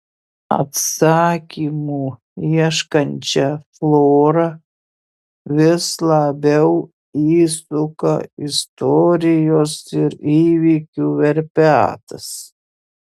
atsakymų ieškančią florą vis labiau įsuka istorijos ir įvykių verpetas